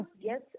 yes